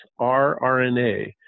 rRNA